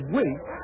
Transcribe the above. wait